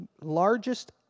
largest